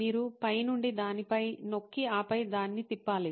మీరు పై నుండి దానిపై నొక్కి ఆపై దాన్ని తిప్పాలి